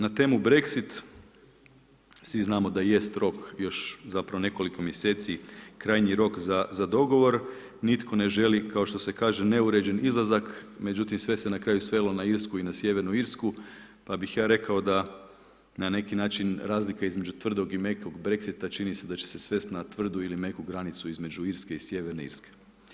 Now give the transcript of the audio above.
Na temu Brexit svi znamo da jest rok još zapravo nekoliko mjeseci, krajnji rok za dogovor, nitko ne želi kao što se kaže neuredan izlazak međutim sve se na kraju svelo na Irsku i na Sjevernu Irsku pa bih ja rekao da na neki način razlika između tvrdog i mekog Brexita čini se da će se svest na tvrdu ili meku granicu između Irske i Sjeverne Irske.